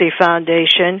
Foundation